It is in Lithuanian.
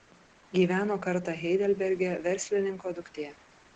gyveno kartą heidelberge verslininko duktė